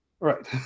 right